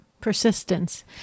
Persistence